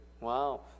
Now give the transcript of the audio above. Wow